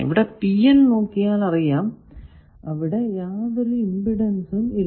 ഇവിടെ നോക്കിയാൽ അറിയാം അവിടെ യാതൊരു ഇമ്പിഡൻസും ഇല്ല